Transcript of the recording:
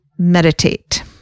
meditate